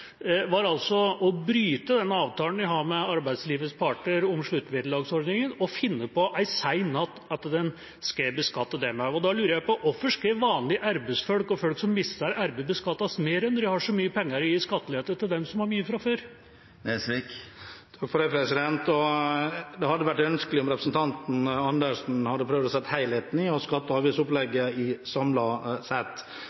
var altså å bryte den avtalen vi har med arbeidslivets parter om sluttvederlagsordningen og en sen natt finne på at man skal beskatte dem også. Da lurer jeg på: Hvorfor skal vanlige arbeidsfolk og folk som mister arbeidet, beskattes mer når en har så mye penger å gi i skattelette til dem som har mye fra før? Det hadde vært ønskelig om representanten Dag Terje Andersen hadde prøvd å se helheten i skatte- og avgiftsopplegget samlet sett.